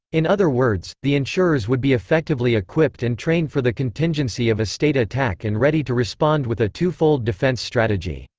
in other words, the insurers would be effectively equipped and trained for the contingency of a state attack and ready to respond with a two-fold defense strategy.